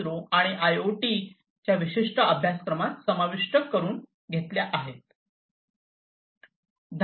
0 आणि आयआयओटी च्या या विशिष्ट अभ्यासक्रमात समाविष्ट केल्या आहेत